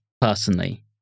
personally